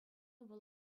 вӑл